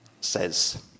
says